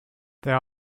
there